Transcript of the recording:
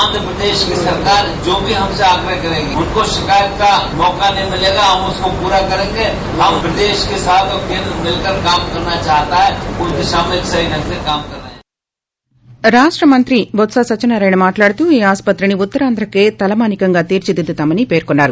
byte గాంగ్యార్ మంత్రి బొత్ప సత్యనారాయణ మాట్లాడుతూ ఈ ఆసుప్రతిని ఉత్తరాంధ్రకే తలమానికంగా తీర్చదిద్దుతామని పేర్కొన్నారు